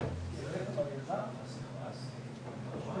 לגבי סעיף 29(ד), שר